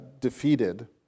defeated